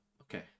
okay